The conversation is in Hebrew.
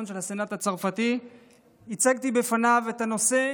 של הסנאט הצרפתי הצגתי בפניו את הנושא,